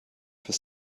fürs